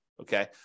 Okay